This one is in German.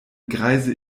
greise